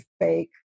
fake